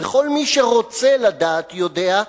וכל מי שרוצה לדעת יודע,